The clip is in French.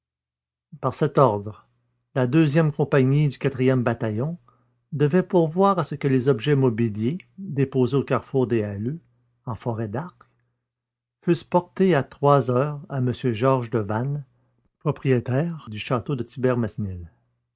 par cet ordre la deuxième compagnie du quatrième bataillon devait pourvoir à ce que les objets mobiliers déposés au carrefour des halleux en forêt d'arques fussent portés à trois heures à m georges devanne propriétaire du château de